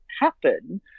happen